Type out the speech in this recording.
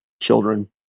children